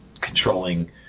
controlling